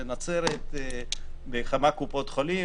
בנצרת בכמה קופות חולים.